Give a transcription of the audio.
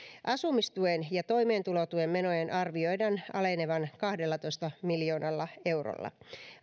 asumistuen ja toimeentulotuen menojen arvioidaan alenevan kahdellatoista miljoonalla eurolla